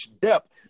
depth